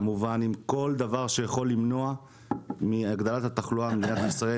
כמובן עם כל דבר שיכול למנוע את הגדלת התחלואה במדינת ישראל.